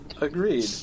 Agreed